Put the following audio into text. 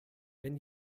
wenn